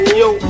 yo